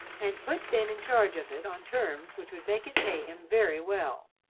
and put ben in charge of it on terms which would make it pay him very well,